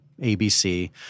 ABC